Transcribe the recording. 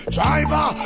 Driver